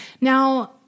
Now